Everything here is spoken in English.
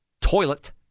toilet